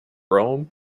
rome